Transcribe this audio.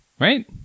right